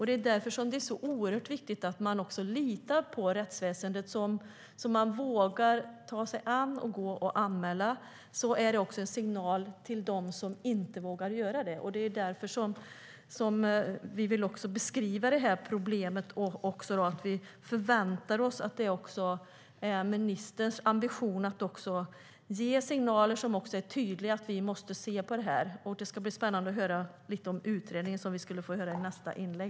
Det är därför det är så oerhört viktigt att man kan lita på rättsväsendet så att man vågar anmäla. Det är en signal även till dem som inte vågar. Det är därför vi beskriver problemet. Vi förväntar oss också att det är ministerns ambition att ge tydliga signaler. Det ska bli spännande att få höra mer om utredningen i nästa inlägg.